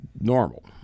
normal